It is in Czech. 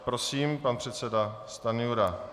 Prosím, pan předseda Stanjura.